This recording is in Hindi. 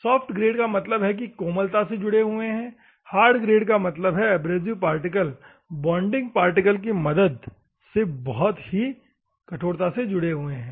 सॉफ्ट ग्रेड का मतलब है की है कोमलता से पकडे हुए हैं हार्ड ग्रेड का मतलब है एब्रेसिव पार्टिकल बॉन्डिंग मैटेरियल की मदद से बहुत ही कठोरता से जुड़े हुए है